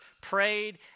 prayed